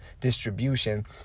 distribution